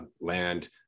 land